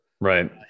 Right